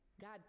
God